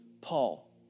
Paul